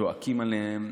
וצועקים עליהם,